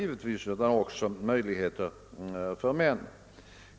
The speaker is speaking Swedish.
Även män bör ha sådana möjligheter.